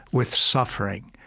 with suffering,